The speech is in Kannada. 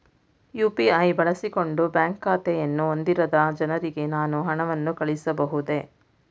ಯು.ಪಿ.ಐ ಬಳಸಿಕೊಂಡು ಬ್ಯಾಂಕ್ ಖಾತೆಯನ್ನು ಹೊಂದಿರದ ಜನರಿಗೆ ನಾನು ಹಣವನ್ನು ಕಳುಹಿಸಬಹುದೇ?